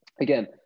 again